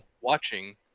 watching